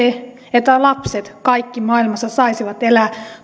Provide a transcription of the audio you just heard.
se että lapset kaikki maailmassa saisivat elää